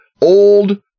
old